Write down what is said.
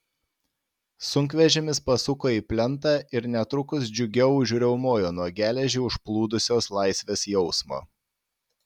sunkvežimis pasuko į plentą ir netrukus džiugiau užriaumojo nuo geležį užplūdusios laisvės jausmo